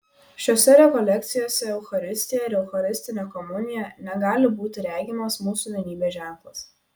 šiose rekolekcijose eucharistija ir eucharistinė komunija negali būti regimas mūsų vienybės ženklas